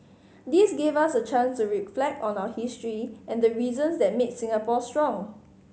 this gave us a chance to reflect on our history and the reasons that made Singapore strong